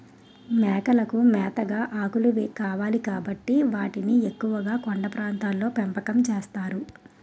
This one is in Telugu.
మేకలకి మేతగా ఆకులు కావాలి కాబట్టి వాటిని ఎక్కువుగా కొండ ప్రాంతాల్లో పెంపకం చేస్తారు